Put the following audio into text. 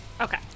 Okay